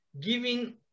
giving